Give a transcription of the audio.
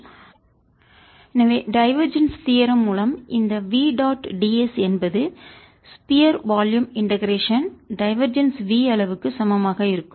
Vxyzx2ixyzjy2zk எனவே divergence தீயரம் தேற்றம் மூலம் இந்த v டாட் ds என்பது ஸ்பியர் கோளத்தின் வால்யும் இண்டெகரேஷன் டைவர்ஜன்ஸ் v அளவுக்கு க்கு சமமாக இருக்கும்